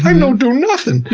time don't do nothing!